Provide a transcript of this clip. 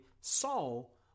Saul